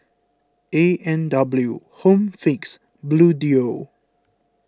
A and W Home Fix Bluedio